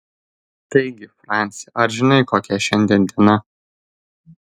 taigi franci ar žinai kokia šiandien diena